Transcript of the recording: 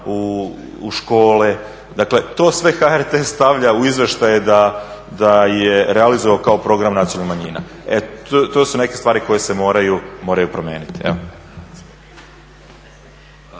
u škole. Dakle, to sve HRT stavlja u izvještaje da je realizirao kao program nacionalnih manjina. Evo to su neke stvari koje se moraju promijeniti.